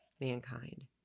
mankind